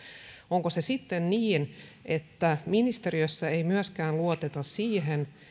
onko se sitten niin että ministeriössä ei myöskään luoteta siihen